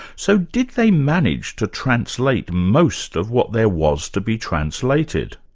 so did they manage to translate most of what there was to be translated?